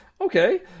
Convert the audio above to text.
okay